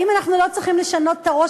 האם אנחנו לא צריכים לשנות את הראש